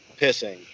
pissing